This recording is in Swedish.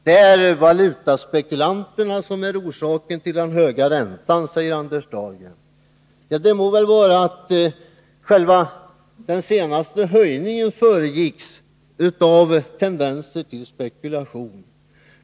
Det är valutaspekulanterna som är orsaken till den höga räntan, säger Anders Dahlgren. Det må väl vara att den senaste höjningen föregicks av tendenser till spekulation.